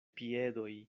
piedoj